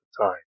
time